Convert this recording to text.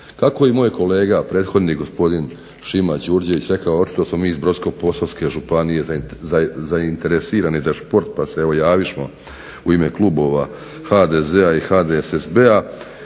Tako je i moj kolega prethodno gospodin Šima Đurđević rekao, očito smo mi iz Brodsko-posavske županije zainteresirani za šport pa se evo javismo u ime klubova HDZ-a i HDSSB-a,